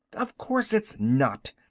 of course it's not!